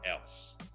else